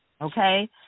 Okay